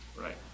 Right